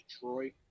Troy